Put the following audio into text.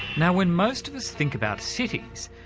now when most of us think about cities,